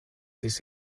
this